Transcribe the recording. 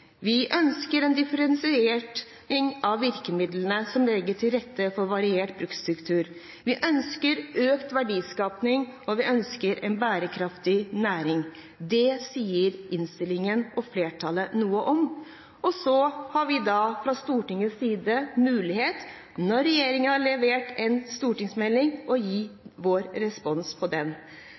Vi ønsker «en differensiering i virkemidlene, som legger til rette for en variert bruksstruktur». Vi ønsker «økt verdiskaping» og en «bærekraftig næring». Det sier flertallet noe om i innstillingen. Så har vi fra Stortingets side mulighet til, når regjeringen har levert en stortingsmelding, å gi vår respons på den.